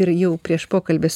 ir jau prieš pokalbis